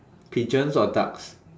pigeons or ducks